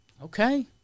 Okay